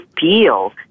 feel